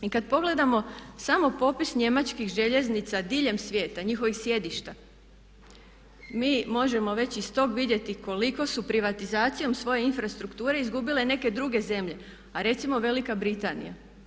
I kad pogledamo samo popis njemačkih željeznica diljem svijeta, njihovih sjedišta mi možemo već iz tog vidjeti koliko su privatizacijom svoje infrastrukture izgubile neke druge zemlje, a recimo Velika Britanija.